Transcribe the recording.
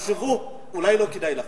תחשבו, אולי לא כדאי לכם.